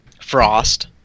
Frost